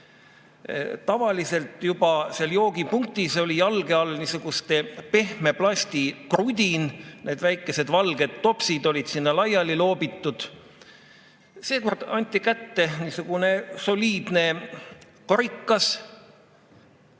Tavaliselt oli seal joogipunktis jalge all niisugune pehme plasti krudin, väikesed valged topsid olid sinna laiali loobitud. Seekord anti kätte niisugune soliidne karikas.